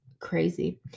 crazy